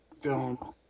film